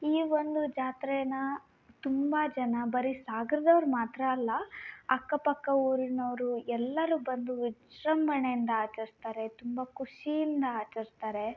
ಈ ಒಂದು ಜಾತ್ರೇ ತುಂಬ ಜನ ಬರೀ ಸಾಗರದವ್ರು ಮಾತ್ರ ಅಲ್ಲಾ ಅಕ್ಕಪಕ್ಕ ಊರಿನವರು ಎಲ್ಲರೂ ಬಂದು ವಿಜೃಂಭಣೆಯಿಂದ ಆಚರಿಸ್ತಾರೆ ತುಂಬ ಖುಷಿಯಿಂದ ಆಚರಿಸ್ತಾರೆ